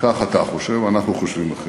כך אתה חושב, אנחנו חושבים אחרת.